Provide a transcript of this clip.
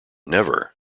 never